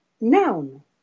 noun